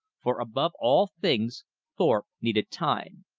for above all things thorpe needed time.